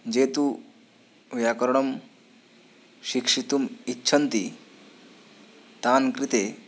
ये तु व्याकरणं शिक्षितुम् इच्छन्ति तान् कृते